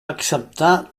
acceptar